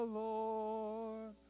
lord